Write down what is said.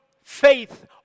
faith